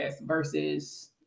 versus